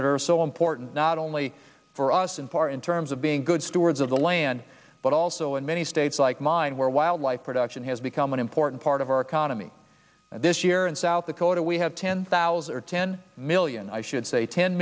that are so important not only for us in par in terms of being good stewards of the land but also in many states like mine where wildlife production has become an important part of our economy this year in south dakota we have ten thousand or ten million i should say ten